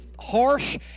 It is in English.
harsh